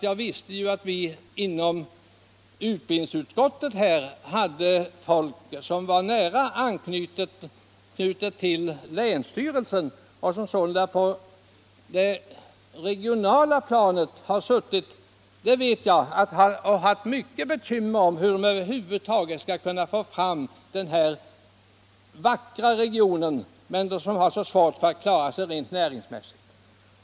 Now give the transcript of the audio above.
Jag visste att det inom utbildningsutskottet finns personer med nära anknytning till länsstyrelsen i Kristianstads län vilka på det regionala planet haft stora bekymmer för denna region, som är så vacker men som har svårt att klara sig rent näringsmässigt.